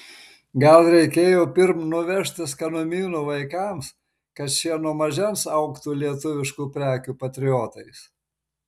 gal reikėjo pirm nuvežti skanumynų vaikams kad šie nuo mažens augtų lietuviškų prekių patriotais